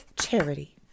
charity